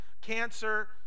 cancer